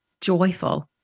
joyful